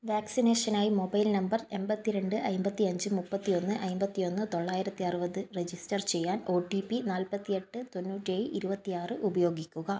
വാക്സിനേഷനായി mobile number എൺപത്തി രണ്ട് അമ്പത്തഞ്ച് മുപ്പത്തി ഒന്ന് അമ്പത്തി ഒന്ന് തൊള്ളായിരത്തി അറുപത് രജിസ്റ്റർ ചെയ്യാൻ ഒ ടി പി നാൽപ്പത്തി എട്ട് തൊണ്ണൂറ്റി ഏഴ് ഇരുപത്തി ആറ് ഉപയോഗിക്കുക